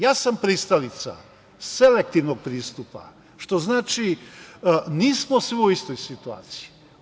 Ja sam pristalica selektivnog pristupa, što znači, nismo svi u istoj situaciji.